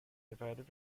decided